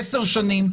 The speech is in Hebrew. עשר שנים,